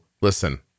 listen